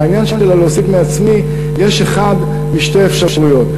לעניין של "להוסיף מעצמי" יש אחת משתי אפשרויות: